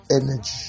energy